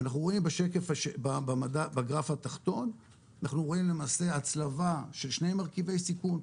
אנחנו רואים בגרף התחתון למעשה הצלבה של שני מרכיבי סיכון,